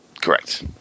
Correct